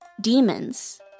demons